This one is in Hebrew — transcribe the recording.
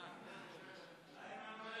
איימן לא,